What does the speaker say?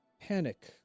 panic